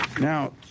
now